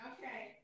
Okay